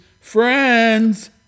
friends